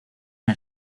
una